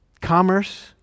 Commerce